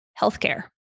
healthcare